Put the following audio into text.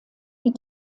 die